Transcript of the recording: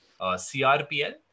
CRPL